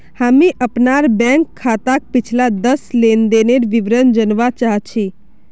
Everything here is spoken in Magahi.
हामी अपनार बैंक खाताक पिछला दस लेनदनेर विवरण जनवा चाह छि